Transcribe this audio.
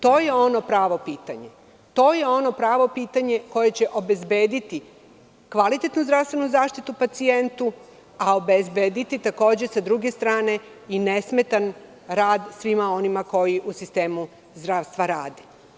To je ono pravo pitanje koje će obezbediti kvalitetnu zdravstvenu zaštitu pacijentu, a takođe, s druge strane i nesmetan rad svima onima koji u sistemu zdravstva rade.